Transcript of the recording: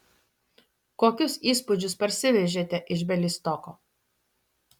kokius įspūdžius parsivežėte iš bialystoko